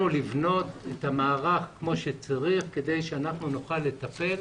לבנות את המערך כמו שצריך כדי שאנחנו נוכל לטפל.